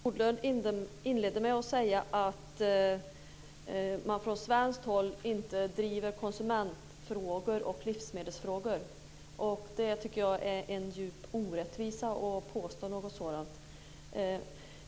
Fru talman! Harald Nordlund inledde med att säga att man från svenskt håll inte driver konsumentfrågor och livsmedelsfrågor. Jag tycker att det är djupt orättvist att påstå något sådant.